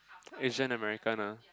it's Jane American ah